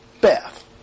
Beth